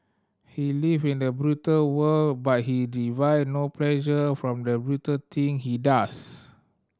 he live in a brutal world but he derive no pleasure from the brutal thing he does